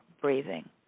breathing